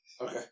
Okay